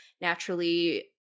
naturally